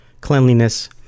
cleanliness